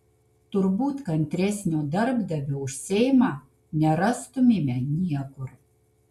turbūt kantresnio darbdavio už seimą nerastumėme niekur